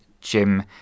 jim